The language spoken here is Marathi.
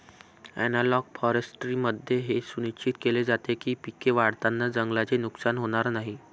ॲनालॉग फॉरेस्ट्रीमध्ये हे सुनिश्चित केले जाते की पिके वाढवताना जंगलाचे नुकसान होणार नाही